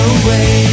away